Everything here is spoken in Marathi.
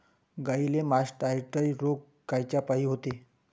गाईले मासटायटय रोग कायच्यापाई होते?